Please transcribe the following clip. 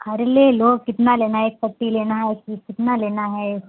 अरे ले लो कितना लेना है एक पट्टी लेना है एक पीस कितना लेना है